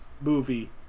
movie